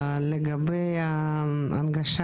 לגבי ההנגשה